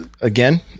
again